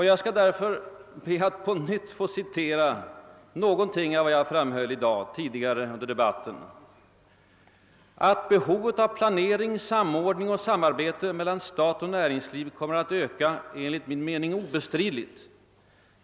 Jag skall därför be att få citera en del av vad jag framhöll tidigare under debatten i dag. Jag sade i mitt anförande: »Att behovet av planering, samordning och samarbete mellan stat och näringsliv kommer att öka är enligt min mening obestridligt.